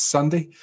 Sunday